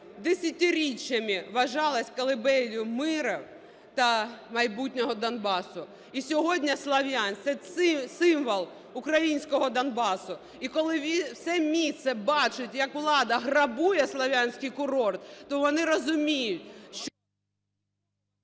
десятиріччями вважалось колыбелью миру та майбутнього Донбасу. І сьогодні Слов'янськ – це символ українського Донбасу. І коли все місто бачить, як влада грабує Слов'янський курорт, то вони розуміють…